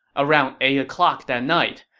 around eight o'clock that night,